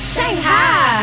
Shanghai